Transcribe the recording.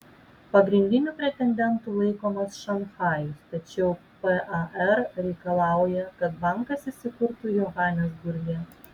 pagrindiniu pretendentu laikomas šanchajus tačiau par reikalauja kad bankas įsikurtų johanesburge